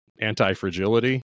anti-fragility